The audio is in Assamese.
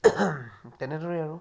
এনেদৰেই আৰু